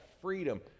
freedom